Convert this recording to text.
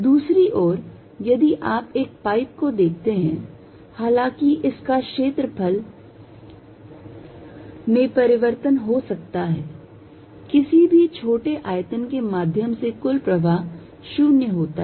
दूसरी ओर यदि आप एक पाइप को देखते हैं हालांकि इसक क्षेत्रफल में परिवर्तन हो सकता है किसी भी छोटे आयतन के माध्यम से कुल प्रवाह 0 होता है